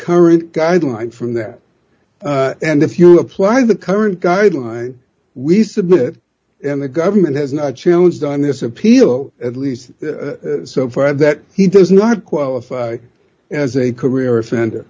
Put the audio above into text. current guideline from that and if you apply the current guideline we submit and the government has not challenged on this appeal at least so far that he does not qualify as a career offender